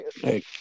Hey